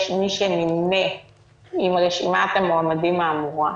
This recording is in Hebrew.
מי שנמנה עם רשימת המועמדים האמורה"